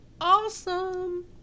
awesome